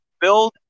build